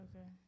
Okay